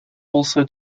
also